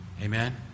Amen